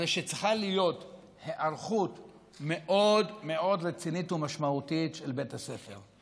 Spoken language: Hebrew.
הרי צריכה להיות היערכות מאוד מאוד רצינית ומשמעותית של בית הספר.